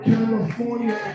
California